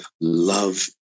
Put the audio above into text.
love